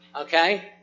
Okay